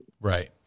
Right